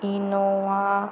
Innova